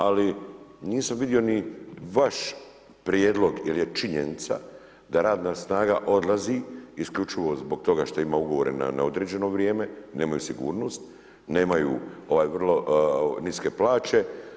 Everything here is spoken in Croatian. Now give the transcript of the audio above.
Ali, nisam vidio ni vaš prijedlog, jer je činjenica da radna snaga odlazi, isključivo zbog toga što ima ugovore na neodređeno vrijeme, nemaju sigurnost, nemaju, ovaj, vrlo niske plaće.